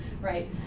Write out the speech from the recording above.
right